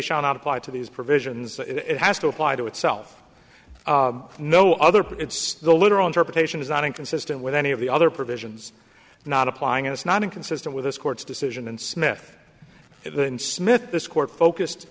not apply to these provisions it has to apply to itself no other but it's the literal interpretation is not inconsistent with any of the other provisions not applying it's not inconsistent with this court's decision and smith in smith this court focused